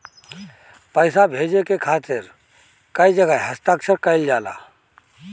पैसा भेजे के खातिर कै जगह हस्ताक्षर कैइल जाला?